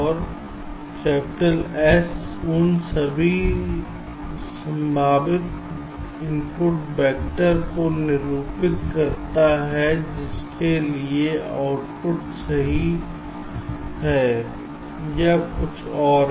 और capital S उन सभी संभावित इनपुट वैक्टरों को निरूपित करता है जिनके लिए आउटपुट सही है या कुछ और